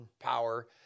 power